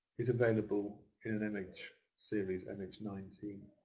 is available in an mh series, mh nineteen.